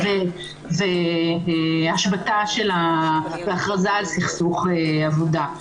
השבתה והכרזה על סכסוך עבודה.